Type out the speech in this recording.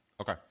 Okay